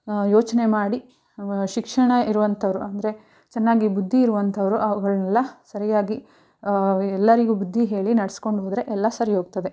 ಯೋಚನೆ ಮಾಡಿ ಶಿಕ್ಷಣ ಇರುವಂಥವ್ರು ಅಂದರೆ ಚೆನ್ನಾಗಿ ಬುದ್ಧಿ ಇರುವಂಥವ್ರು ಅವುಗಳ್ನೆಲ್ಲ ಸರಿಯಾಗಿ ಎಲ್ಲಾರಿಗು ಬುದ್ಧಿ ಹೇಳಿ ನಡೆಸ್ಕೊಂಡು ಹೋದರೆ ಎಲ್ಲ ಸರಿ ಹೋಗ್ತದೆ